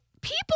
people